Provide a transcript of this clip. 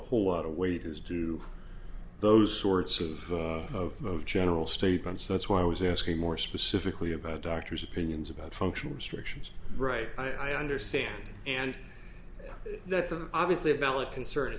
a whole lot of weight has to those sorts of of general statements so that's why i was asking more specifically about doctors opinions about functional restrictions right i understand and that's a obviously a bell a concern